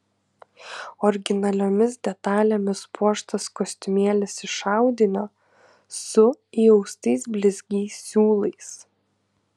originaliomis detalėmis puoštas kostiumėlis iš audinio su įaustais blizgiais siūlais